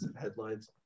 headlines